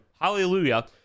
hallelujah